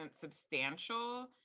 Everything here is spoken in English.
substantial